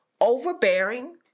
overbearing